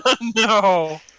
No